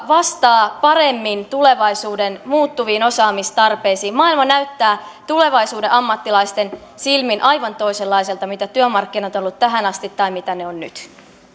vastaa paremmin tulevaisuuden muuttuviin osaamistarpeisiin maailma näyttää tulevaisuuden ammattilaisten silmin aivan toisenlaiselta mitä työmarkkinat ovat olleet tähän asti tai mitä ne ovat nyt